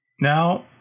Now